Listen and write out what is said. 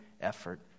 effort